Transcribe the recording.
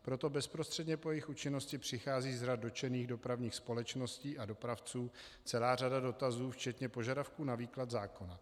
Proto bezprostředně po jejich účinnosti přichází z řad dotčených dopravních společností a dopravců celá řada dotazů, včetně požadavků na výklad zákonů.